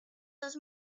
dos